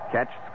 Catch